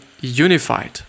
unified